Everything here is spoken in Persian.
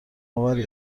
آوری